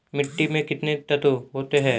मिट्टी में कितने तत्व होते हैं?